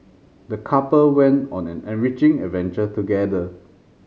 the couple went on an enriching adventure together